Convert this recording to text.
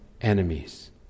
enemies